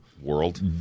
world